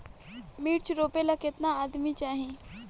मिर्च रोपेला केतना आदमी चाही?